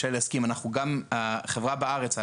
החברה בארץ,